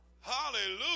Hallelujah